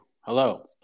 hello